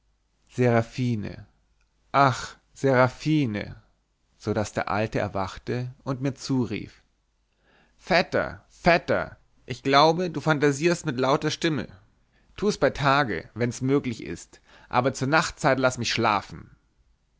seraphine ach seraphine so daß der alte erwachte und mir zurief vetter vetter ich glaube du fantasierst mit lauter stimme tu's bei tage wenn's möglich ist aber zur nachtzeit laß mich schlafen